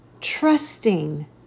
trusting